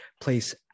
place